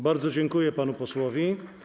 Bardzo dziękuję panu posłowi.